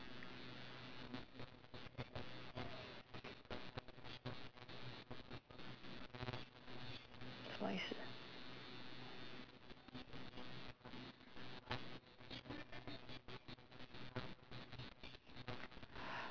what is s~